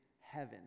heaven